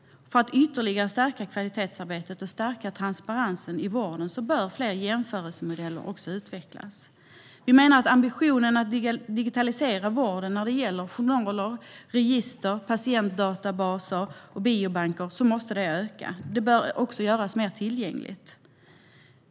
För att ytterligare stärka kvalitetsarbetet och stärka transparensen i vården bör fler jämförelsemodeller utvecklas. Vi menar att ambitionerna att digitalisera vården när det gäller journaler, register, patientdatabaser och biobanker måste öka. De bör även göras mer tillgängliga.